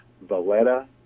Valletta